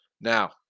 Now